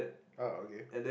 ah okay